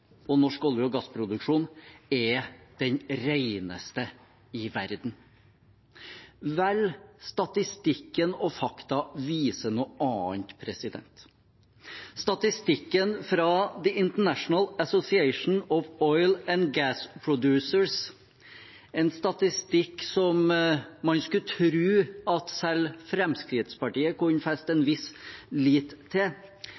og norsk olje- og gassproduksjon er den reneste i verden. Vel, statistikken og fakta viser noe annet. Statistikken fra The International Association of Oil & Gas Producers – en statistikk som man skulle tro at selv Fremskrittspartiet kunne feste en viss lit til